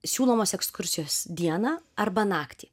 siūlomos ekskursijos dieną arba naktį